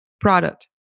product